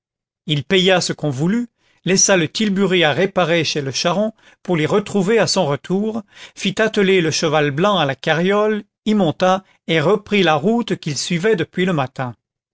il paya ce qu'on voulut laissa le tilbury à réparer chez le charron pour l'y retrouver à son retour fit atteler le cheval blanc à la carriole y monta et reprit la route qu'il suivait depuis le matin